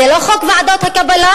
זה לא חוק ועדות הקבלה?